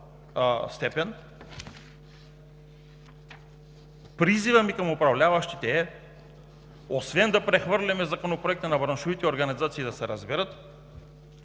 призивът ми към управляващите е, освен да прехвърляме Законопроекта на браншовите организации да се разберат,